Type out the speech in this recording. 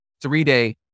three-day